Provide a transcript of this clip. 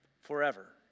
forever